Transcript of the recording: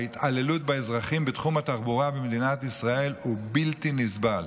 ההתעללות באזרחים בתחום התחבורה במדינת ישראל היא בלתי נסבלת.